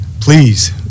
please